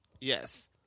Yes